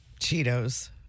cheetos